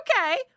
okay